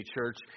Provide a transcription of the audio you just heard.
Church